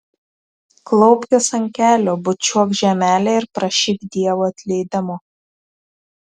klaupkis ant kelių bučiuok žemelę ir prašyk dievo atleidimo